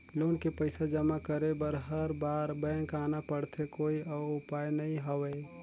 Loan के पईसा जमा करे बर हर बार बैंक आना पड़थे कोई अउ उपाय नइ हवय?